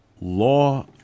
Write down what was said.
law